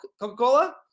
Coca-Cola